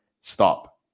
stop